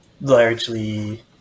largely